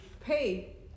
pay